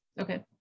okay